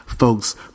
Folks